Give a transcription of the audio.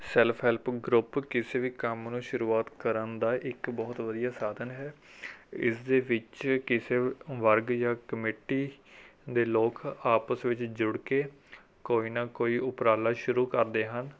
self help group ਕਿਸੇ ਵੀ ਕੰਮ ਨੂੰ ਸ਼ੁਰੂਆਤ ਕਰਨ ਦਾ ਇੱਕ ਬਹੁਤ ਵਧੀਆ ਸਾਧਨ ਹੈ ਇਸ ਦੇ ਵਿੱਚ ਕਿਸੇ ਵਰਗ ਜਾਂ ਕਮੇਟੀ ਦੇ ਲੋਕ ਆਪਸ ਵਿੱਚ ਜੁੜ ਕੇ ਕੋਈ ਨਾ ਕੋਈ ਉਪਰਾਲਾ ਸ਼ੁਰੂ ਕਰਦੇ ਹਨ